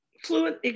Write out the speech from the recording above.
fluent